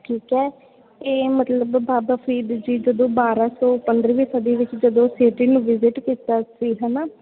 ਠੀਕ ਹੈ ਇਹ ਮਤਲਬ ਬਾਬਾ ਫ਼ਰੀਦ ਜੀ ਜਦੋਂ ਬਾਰ੍ਹਾਂ ਸੌ ਪੰਦਰਵੀਂ ਸਦੀ ਵਿੱਚ ਜਦੋਂ ਸਿਟੀ ਨੂੰ ਵਿਜਿਟ ਕੀਤਾ ਸੀ ਹੈ ਨਾ